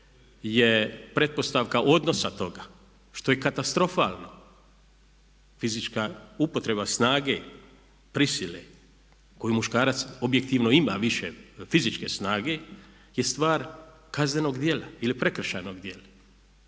je pretpostavka odnosa toga što je katastrofalno, fizička upotreba snage, prisile koju muškarac objektivno ima više fizičke snage je stvar kaznenog djela ili prekršajnog dijela.